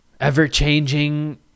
ever-changing